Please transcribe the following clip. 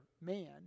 man